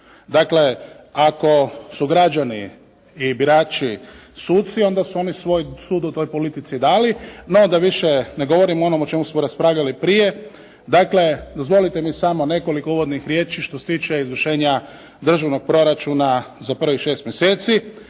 Dakle ako su građani i birači suci onda su oni svoj sud o toj politici dali. No da više ne govorimo o onom o čemu smo raspravljali prije. Dakle dozvolite mi samo nekoliko uvodnih riječi što se tiče izvršenja državnog proračuna za prvih 6 mjeseci.